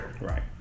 Right